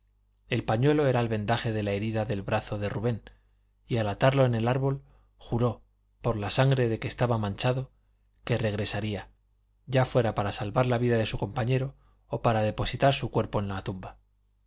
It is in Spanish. el pañuelo era el vendaje de la herida del brazo de rubén y al atarlo en el árbol juró por la sangre de que estaba manchado que regresaría ya fuera para salvar la vida de su compañero o para depositar su cuerpo en la tumba